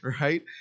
Right